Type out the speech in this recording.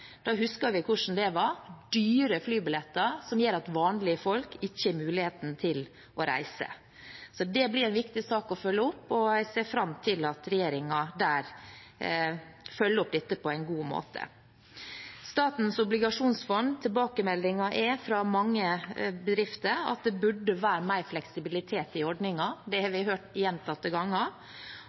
husker hvordan det var: dyre flybilletter som gjør at vanlige folk ikke har muligheten til å reise. Det blir en viktig sak å følge opp, og jeg ser fram til at regjeringen følger opp dette på en god måte. Når det gjelder Statens obligasjonsfond, er tilbakemeldingen fra mange bedrifter at det burde være mer fleksibilitet i ordningen. Det har vi hørt gjentatte ganger.